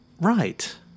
Right